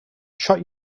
shut